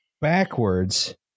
backwards